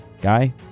Guy